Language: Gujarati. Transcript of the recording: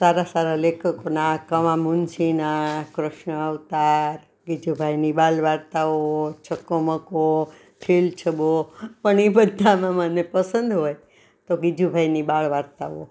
સારા સારા લેખકોના કમા મુનશીના કૃષ્ણ અવતાર ગીજુભાઈની બાળવાર્તાઓ ચકકો મકકો છેલ છબો પણ એ બધામાં મને પસંદ હોય તો ગિજુભાઈની બાળવાર્તાઓ